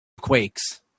quakes